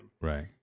Right